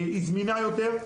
והיא זמינה יותר.